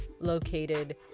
located